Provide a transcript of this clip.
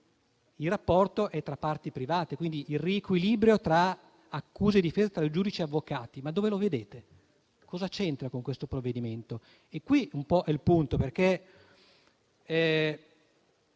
il rapporto è tra parti private. Quindi il riequilibrio tra accusa e difesa, tra giudice e avvocati dove lo vedete? Cosa c'entra con questo provvedimento? Questo è il punto.